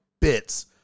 bits